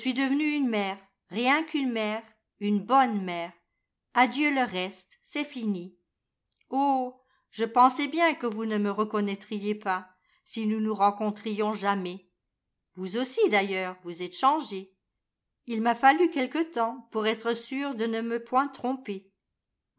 devenue une mère rien qu'une mère une bonne mère adieu le reste c'est fini oh je pensais bien que vous ne me reconnaîtriez pas si nous nous rencontrions jamais vous aussi d'ailleurs vous êtes changé il m'a fallu quelque temps pour être sûre de ne me point tromper